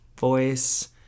voice